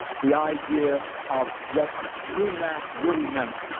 the idea of what new math really meant,